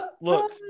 look